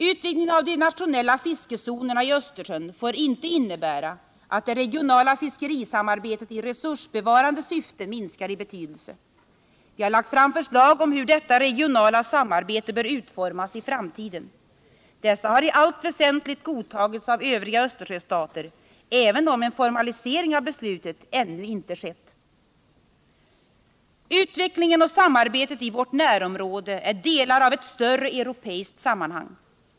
Utvidgningen av de nationella fiskezonerna i Östersjön får inte innebära att det regionala fiskerisamarbetet i resursbevarande syfte minskar i betydelse. Vi har lagt fram förslag om hur detta regionala samarbete bör utformas i framtiden. Dessa har i allt väsentligt godtagits av övriga Östersjöstater, även om en formalisering av beslutet ännu inte skett. Utvecklingen och samarbetet i vårt närområde är delar av ett större europeiskt sammanhang.